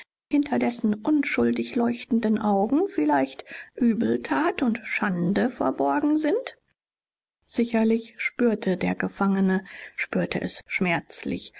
hinter dessen unschuldig leuchtenden augen vielleicht übeltat und schande verborgen sind sicherlich spürte der gefangene spürte es schmerzlich